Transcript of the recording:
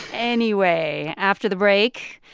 anyway after the break,